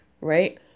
right